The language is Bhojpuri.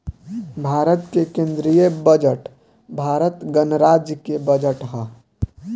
भारत के केंदीय बजट भारत गणराज्य के बजट ह